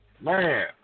man